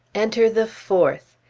enter the fourth.